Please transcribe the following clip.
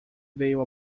veio